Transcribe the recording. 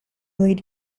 lead